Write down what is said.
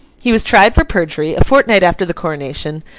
he was tried for perjury, a fortnight after the coronation,